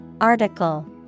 Article